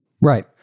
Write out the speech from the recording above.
Right